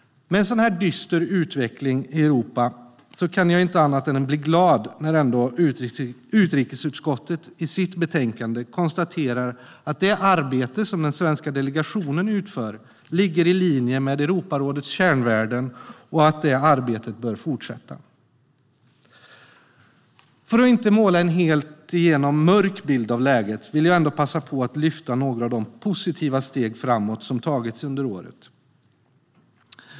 Med en sådan dyster utveckling i Europa kan jag inte annat än bli glad när utrikesutskottet i sitt betänkande ändå konstaterar att det arbete som den svenska delegationen utför ligger i linje med Europarådets kärnvärden och att det arbetet bör fortsätta. För att inte måla en helt igenom mörk bild av läget vill jag ändå passa på att lyfta fram några av de positiva steg framåt som tagits under året.